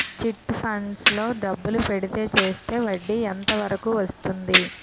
Chit funds లో డబ్బులు పెడితే చేస్తే వడ్డీ ఎంత వరకు వస్తుంది?